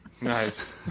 nice